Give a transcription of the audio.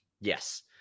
Yes